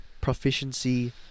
Proficiency